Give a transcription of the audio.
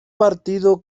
partido